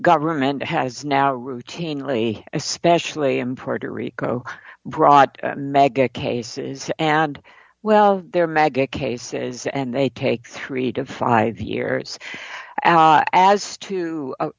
government and has now routinely especially in puerto rico brought mega cases and well they're maggot cases and they take three to five years as to